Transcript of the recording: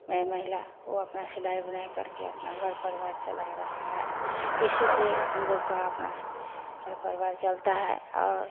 में महिला वे अपना सिलाई बुनाई करके अपना घर परिवार चला रहा है इसी से हम लोग का अपना घर परिवार चलता है और